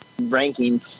rankings